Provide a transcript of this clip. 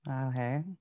Okay